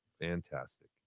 Fantastic